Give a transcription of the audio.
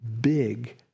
big